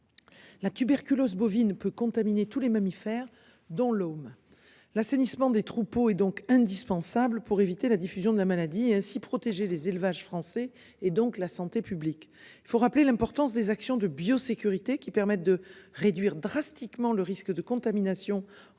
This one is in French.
La tuberculose bovine peut contaminer tous les mammifères, dont l'homme l'assainissement des troupeaux est donc indispensable pour éviter la diffusion de la maladie et ainsi protéger les élevages français, et donc la santé publique. Il faut rappeler l'importance des actions de biosécurité qui permettent de réduire drastiquement le risque de contamination entre